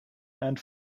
and